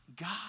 God